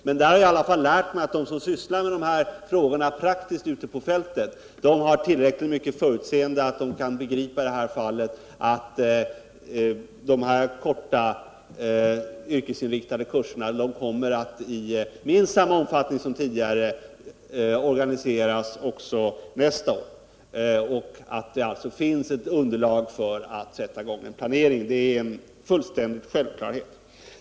Men där har jag i alla fall lärt mig att de som sysslar med dessa frågor praktiskt ute på fältet har tillräckligt mycket förutseende för att de i det här fallet skall begripa att de korta yrkesinriktade kurserna i minst samma omfattning som tidigare kommer att organiseras också nästa år. At det alltså finns ett underlag för att sätta i gång en planering är en fullständig självklarhet.